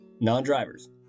non-drivers